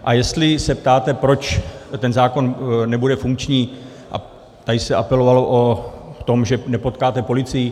A jestli se ptáte, proč ten zákon nebude funkční tady se apelovalo, že nepotkáte policii.